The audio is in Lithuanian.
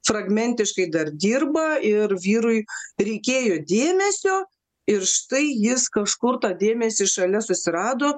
fragmentiškai dar dirba ir vyrui reikėjo dėmesio ir štai jis kažkur tą dėmesį šalia susirado